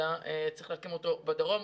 וצריך להקים אותו בדרום.